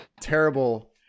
terrible